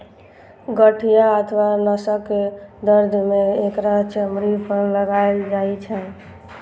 गठिया अथवा नसक दर्द मे एकरा चमड़ी पर लगाएल जाइ छै